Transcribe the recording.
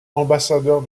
ambassadeur